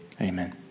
amen